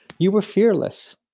you were fearless.